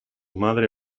madre